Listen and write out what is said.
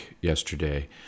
yesterday